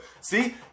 See